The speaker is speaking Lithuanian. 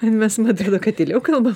mes man atrodo kad tyliau kalbam